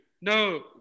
no